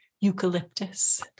eucalyptus